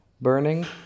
Burning